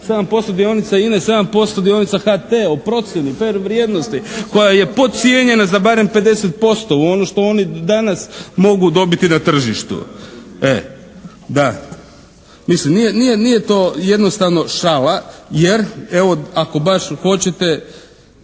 7% dionica INA-e, 7% dionica HT-a, o procjeni, fer vrijednosti koja je podcijenjena za barem 50%, u ono što oni danas mogu dobiti na tržištu. Da. Mislim nije to jednostavno šala, jer evo ako baš hoćete